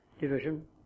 division